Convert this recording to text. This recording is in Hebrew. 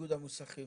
איגוד המוסכים?